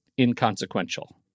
inconsequential